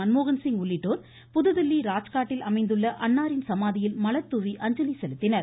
மன்மோகன்சிங் உள்ளிட்டோர் புதுதில்லி ராஜ்காட்டில் அமைந்துள்ள அன்னாரின் சமாதியில் மலர்துாவி அஞ்சலி செலுத்தினர்